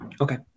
Okay